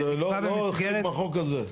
זה נקרא במסגרת --- זה לא חלק מהחוק הזה.